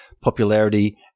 popularity